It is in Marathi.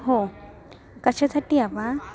हो कशासाठी हवा